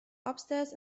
upstairs